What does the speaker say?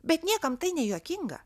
bet niekam tai nejuokinga